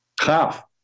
Half